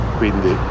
quindi